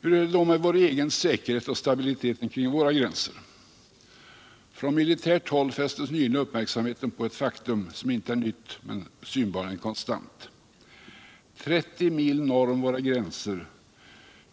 Hur är det då med vår egen säkerhet och stabiliteten kring våra gränser? Från militärt håll fästes nyligen uppmärksamheten på ett faktum, som inte är nytt men synbarligen konstant. 30 mil norr om våra gränser